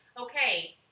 okay